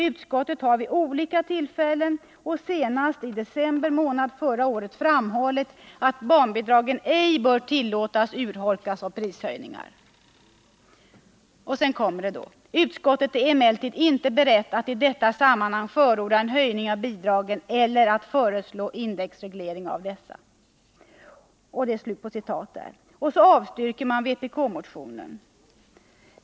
Utskottet har vid olika tillfällen och senast i december månad förra året framhållit att barnbidragen ej bör tillåtas att urholkas av prishöjningar ——=—. Utskottet är emellertid inte berett att i detta sammanhang förorda en höjning av bidragen eller att föreslå indexreglering av dessa.” Och så avstyrker man vpk-motionen.